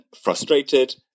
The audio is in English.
frustrated